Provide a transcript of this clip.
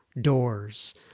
doors